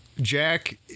Jack